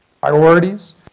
priorities